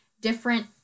different